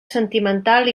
sentimental